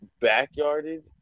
backyarded